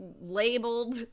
labeled